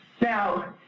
Now